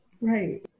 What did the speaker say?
right